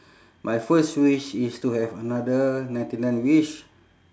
my first wish is to have another ninety nine wish